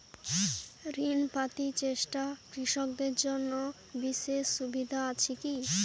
ঋণ পাতি চেষ্টা কৃষকদের জন্য বিশেষ সুবিধা আছি কি?